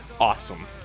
awesome